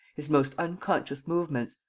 his most unconscious movements,